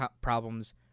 problems